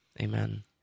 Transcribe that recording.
Amen